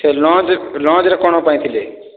ସେ ଲଜ ଲଜରେ କ'ଣ ପାଇଁ ଥିଲେ